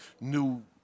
new